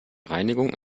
reinigung